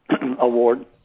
Award